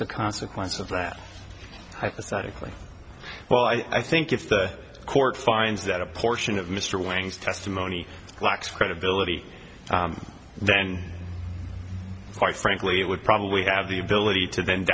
the consequence of that hypothetically well i think if the court finds that a portion of mr wang's testimony lacks credibility then quite frankly it would probably have the ability to